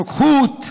רוקחות,